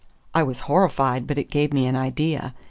i was horrified, but it gave me an idea.